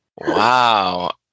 Wow